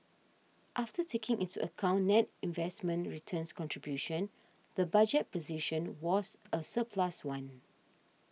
after taking into account net investment returns contribution the budget position was a surplus one